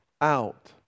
out